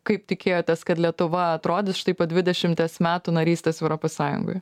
kaip tikėjotės kad lietuva atrodys štai po dvidešimties metų narystės europos sąjungoje